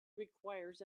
requires